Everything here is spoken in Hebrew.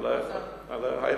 לא יכול.